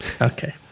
okay